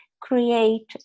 create